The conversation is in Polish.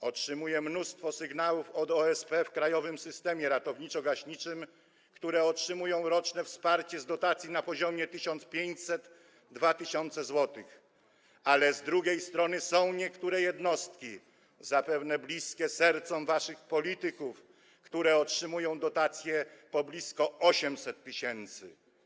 Dociera do mnie mnóstwo sygnałów od OSP w krajowym systemie ratowniczo-gaśniczym, które otrzymują roczne wsparcie z dotacji na poziomie 1,5–2 tys. zł, a z drugiej strony są niektóre jednostki, zapewne bliskie sercom waszych polityków, które otrzymują dotacje po blisko 800 tys.